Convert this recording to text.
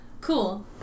Cool